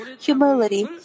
humility